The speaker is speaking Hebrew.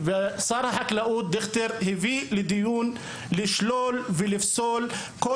שר החקלאות דיכטר הביא לדיון לשלול ולפסול כל